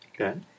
Okay